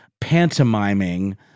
pantomiming